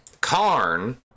Karn